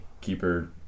keeper